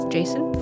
Jason